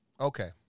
Okay